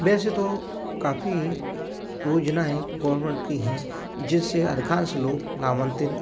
वैसे तो काफ़ी योजनाएँ गोवर्मेंट की हैं जिससे अधिकांश लोग लाभान्वित